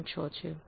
6 છે